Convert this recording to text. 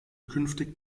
künftig